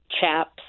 chaps